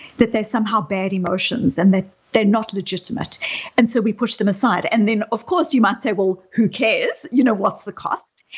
that they're somehow bad emotions and that they're not legitimate and so we push them aside and then of course you might say, well, who cares? you know what's the cost?